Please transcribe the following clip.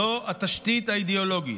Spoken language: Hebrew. זו התשתית האידיאולוגית.